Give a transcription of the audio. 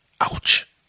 Ouch